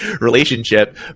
relationship